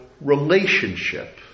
relationship